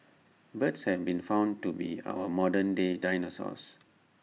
birds have been found to be our modern day dinosaurs